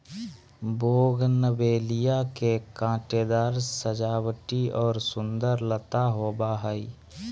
bougainvillea के कांटेदार सजावटी और सुंदर लता होबा हइ